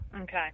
Okay